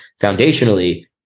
foundationally